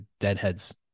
deadheads